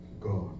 God